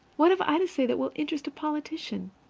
what have i to say that will interest a politician?